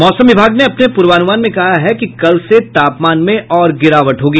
मौसम विभाग ने अपने पूर्वानुमान में कहा है कि कल से तापमान में और गिरावट होगी